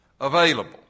available